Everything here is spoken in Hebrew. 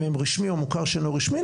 אם הם רשמי או מוכר שאינו רשמי,